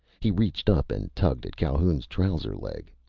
he reached up and tugged at calhoun's trouser-leg.